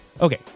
Okay